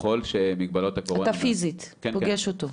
ככל שמגבלות הקורונה --- אתה פיזית פוגש אותו?